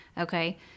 okay